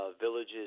villages